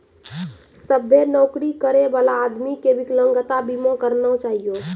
सभ्भे नौकरी करै बला आदमी के बिकलांगता बीमा करना चाहियो